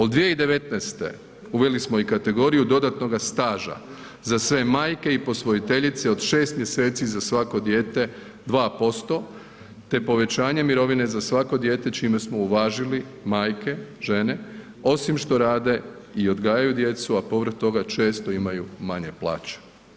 Od 2019. uveli smo i kategoriju dodatnoga staža za sve majke i posvojiteljice od 6 mj. za svako dijete 2% te po0većanje mirovine za svako dijete čime smo uvažili majke, žene osim što rade i odgajaju djecu a povrh toga često imaju manje plaće.